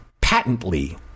patently